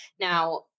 Now